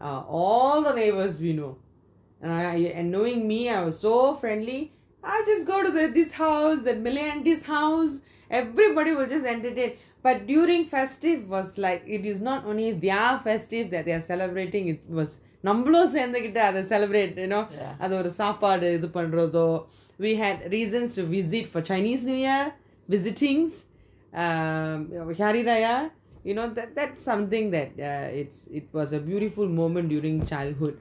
are all the neighbours we know and uh knowing me I was so friendly I just go to the this house the malay aunty's house everybody will just entertain but during festive was like if it's not only their festive that they're celebrating it was நம்மளும் சேந்துக்கிட்டு அத:nammalum seanthukitu atha celebrate you know அது ஒரு சாப்பாடு இது பண்றதோ:athu oru sapadu ithu panratho we had reasons to visit for chinese new year visitings um hari raya you know that that's something that it it was a beautiful moment